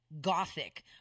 gothic